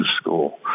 school